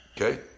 Okay